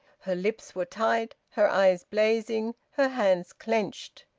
her lips were tight, her eyes blazing, her hands clenched.